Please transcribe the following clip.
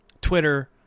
Twitter